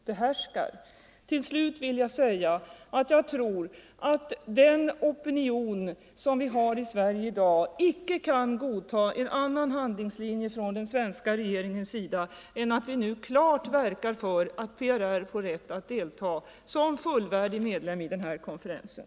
Till slut vill jag säga att jag är övertygad om att opinionen i Sverige i dag inte kan godta en annan handlingslinje från den svenska regeringens sida än att vi nu klart verkar för att PRR får rätt att delta som fullvärdig medlem i den här konferensen.